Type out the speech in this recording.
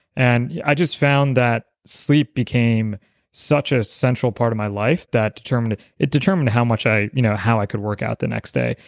and yeah i just found that sleep became such a central part of my life that it determined how much i. you know how i could work out the next day.